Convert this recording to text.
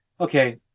Okay